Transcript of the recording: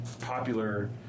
popular